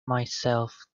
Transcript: myself